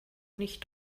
nicht